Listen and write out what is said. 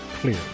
clear